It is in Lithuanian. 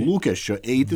lūkesčio eiti